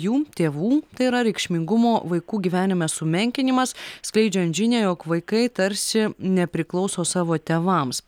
jų tėvų tai yra reikšmingumo vaikų gyvenime sumenkinimas skleidžiant žinią jog vaikai tarsi nepriklauso savo tėvams